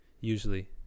Usually